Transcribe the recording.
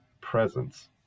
presence